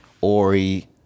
Ori